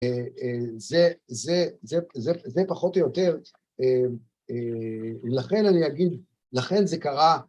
אה... אה... זה... זה... זה... זה פחות או יותר, אה... אה... לכן אני אגיד, לכן זה קרה